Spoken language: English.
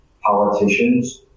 politicians